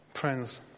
Friends